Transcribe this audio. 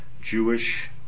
Jewish